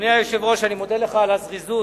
אדוני היושב-ראש, אני מודה לך על הזריזות.